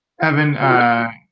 Evan